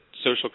social